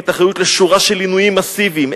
באחריות לשורה של עינויים מסיביים,